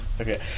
Okay